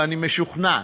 ואני משוכנע,